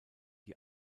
die